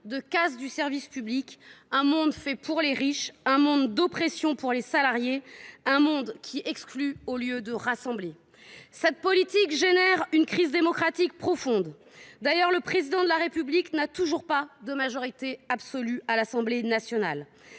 dans votre nouveau monde, un monde fait pour les riches, un monde d’oppression pour les salariés, un monde qui exclut au lieu de rassembler. Cette politique engendre une crise démocratique profonde. D’ailleurs, le Président de la République n’a toujours pas de majorité absolue à l’Assemblée nationale.